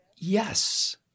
yes